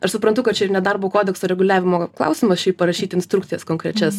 aš suprantu kad čia ir ne darbo kodekso reguliavimo klausimas šiaip parašyt instrukcijas konkrečias